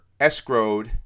escrowed